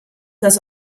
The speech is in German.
das